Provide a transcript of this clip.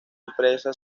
empresa